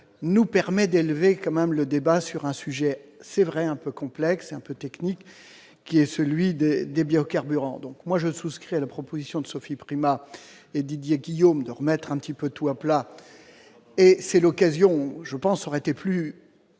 nous permet d'élever quand même le débat sur un sujet, c'est vrai, un peu complexe, un peu technique, qui est celui de des biocarburants, donc moi je souscris à la proposition de Sophie Primas et Didier Guillaume, de remettre un petit peu tout à plat et c'est l'occasion où je pense, plus rationnel,